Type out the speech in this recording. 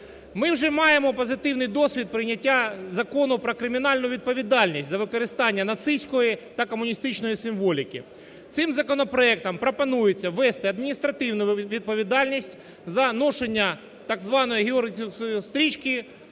Ми вже маємо позитивний досвід прийняття Закону про кримінальну відповідальність за використання нацистської та комуністичної символіки. Цим законопроектом пропонується ввести адміністративну відповідальність за ношення так званої георгіївської стрічки